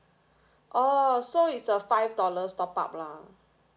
oh so it's a five dollar top up lah